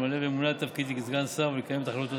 למלא באמונה את תפקידי כסגן שר ולקיים את החלטות הכנסת.